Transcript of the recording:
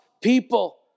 people